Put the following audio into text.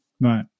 Right